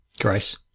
Grace